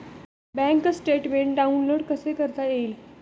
Bank statement download कसे करता येईल?